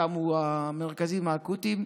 כאמור, המרכזים האקוטיים.